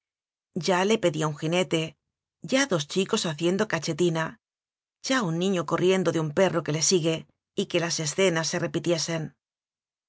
ya le pedía un jinete ya dos chicos haciendo cachetina ya un niño corriendo de un perro que le sigue y que las escenas se repitiesen en